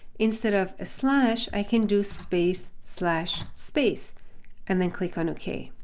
instead of a slash, i can do space slash space and then click on ok.